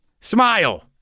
Smile